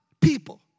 people